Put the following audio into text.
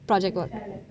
project work